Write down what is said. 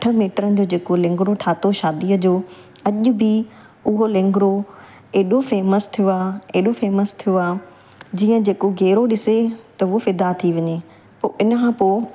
उहो अठ मीटरनि जो जेको लेंगरो ठाहियो शादीअ जो अॼ बि उहो लेंगरो एॾो फेमस थियो आहे एॾो फेमस थियो आहे जीअं जेको गेरो ॾिसे त उहो फिदा थी वञे पोइ इन खां पोइ